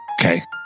Okay